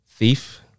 thief